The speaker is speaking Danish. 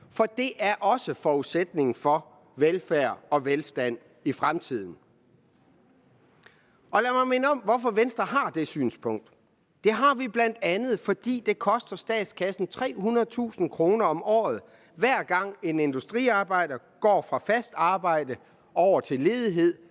for det er også forudsætningen for velfærd og velstand i fremtiden. Lad mig minde om, hvorfor Venstre har det synspunkt. Det har vi bl.a., fordi det koster statskassen 300.000 kr. om året, hver gang en industriarbejder går fra fast arbejde over til ledighed